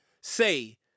say